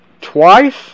twice